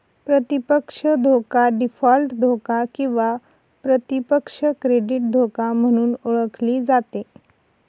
प्रतिपक्ष धोका डीफॉल्ट धोका किंवा प्रतिपक्ष क्रेडिट धोका म्हणून ओळखली जाते